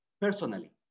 personally